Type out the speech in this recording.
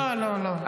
לא, לא, לא.